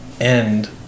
end